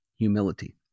humility